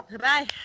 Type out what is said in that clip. Bye